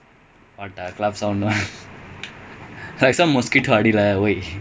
ya can ya okay I need ya